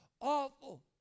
awful